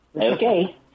Okay